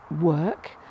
work